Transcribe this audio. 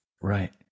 Right